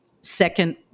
second